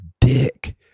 dick